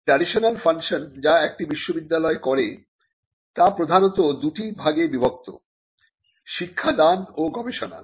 traditional function যা একটি বিশ্ববিদ্যালয় করে তা প্রধানত দুটি ভাগে বিভক্ত শিক্ষাদান ও গবেষণা